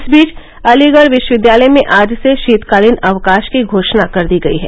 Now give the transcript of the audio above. इस बीच अलीगढ़ विश्वविद्यालय में आज से शीतकालीन अवकाश की घोषणा कर दी गई है